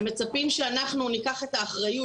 הם מצפים שאנחנו ניקח את האחריות,